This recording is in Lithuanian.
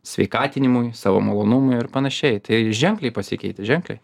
sveikatinimui savo malonumui ir panašiai tai ženkliai pasikeitė ženkliai